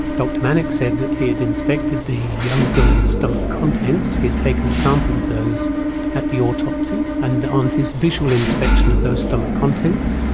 dr manock said that he had inspected the young girl's stomach contents. he had taken a sample of those at the autopsy, and on his visual inspection of those stomach contents,